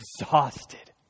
exhausted